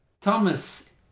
Thomas